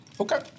Okay